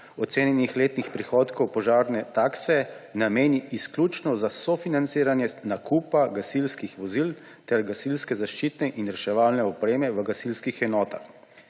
ocenjenih letnih prihodkov požarne takse, nameni izključno za sofinanciranje nakupa gasilskih vozil ter gasilske zaščitne in reševalne opreme v gasilskih enotah.